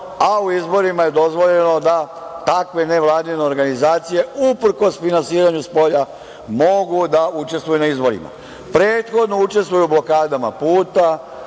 a u izborima je dozvoljeno da takve nevladine organizacije, uprkos finansiranju spolja, mogu da učestvuju na izborima. Prethodno učestvuju u blokadama puteva,